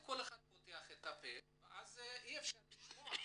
כל אחד מדבר ואז אי אפשר לשמוע.